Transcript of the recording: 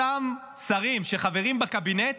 אותם שרים שחברים בקבינט